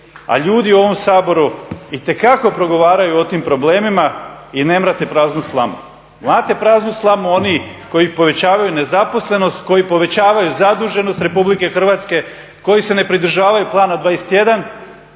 a ljudi u ovom Saboru itekako progovaraju o tim problemima i ne mlate praznu slamu. Mlate praznu samu oni koji povećavaju nezaposlenost, koji povećavaju zaduženost Republike Hrvatske, koji se ne pridržavaju Plana 21